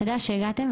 תודה שהגעתם,